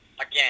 again